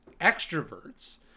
extroverts